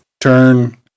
turn